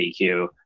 EQ